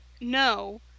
no